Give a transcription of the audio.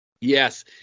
Yes